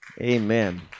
Amen